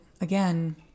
again